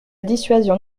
dissuasion